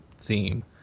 theme